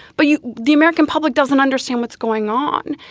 but yeah the american public doesn't understand what's going on.